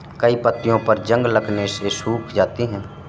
कई पत्तियों पर जंग लगने से वे सूख जाती हैं